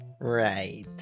Right